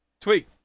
Tweet